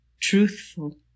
truthful